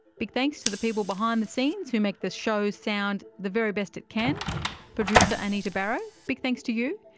big thanks to the people behind the scenes who make the show sound the very best it can producer anita barraud, big thanks to you,